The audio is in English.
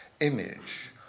image